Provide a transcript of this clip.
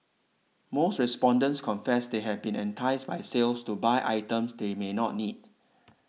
most respondents confess they have been enticed by sales to buy items they may not need